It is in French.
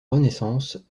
renaissance